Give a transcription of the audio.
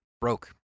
broke